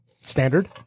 standard